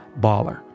baller